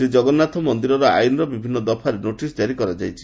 ଶ୍ରୀଜଗନ୍ନାଥ ମନ୍ଦିର ଆଇନର ବିଭିନ୍ନ ଦଫାରେ ନୋଟିସ୍ କରାଯାଇଛି